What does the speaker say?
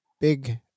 big